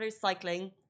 cycling